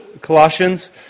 Colossians